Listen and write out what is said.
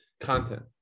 content